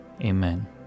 amen